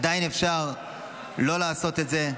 עדיין אפשר לא לעשות את זה.